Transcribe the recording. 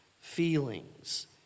feelings